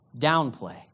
downplay